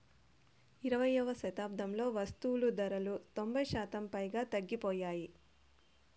ఇరవైయవ శతాబ్దంలో వస్తువులు ధరలు తొంభై శాతం పైగా తగ్గిపోయాయి